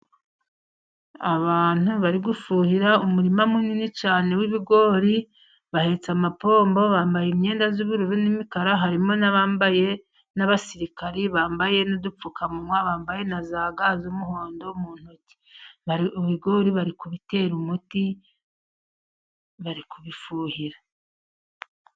Abantu bari gufuhira umurima munini cyane w'ibigori bahetse amapombo, bambaye imyenda y'ubururu n'imikara. Harimo n'abambaye n'abasirikari bambaye n'udupfukamunwa, bambaye na za ga z'umuhondo mu ntoki. Ibigori bari kubitera umuti bari kubifuhira.